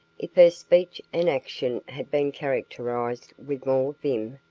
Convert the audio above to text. if her speech and action had been characterized with more vim,